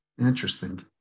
Interesting